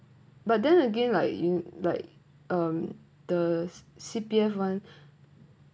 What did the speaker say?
but then again like in like um the C_P_F [one] there really C_P_F